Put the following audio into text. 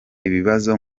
ibibazo